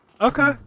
Okay